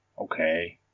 Okay